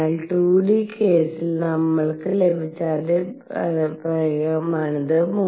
അതിനാൽ 2 d കേസിൽ നമ്മൾക്ക് ലഭിച്ച അതേ പദപ്രയോഗമാണിത്